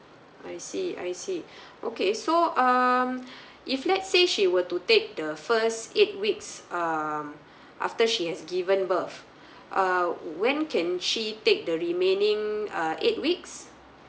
I see I see okay so um if let's say she will to take the first eight weeks um after she has given birth uh when can she take the remaining uh eight weeks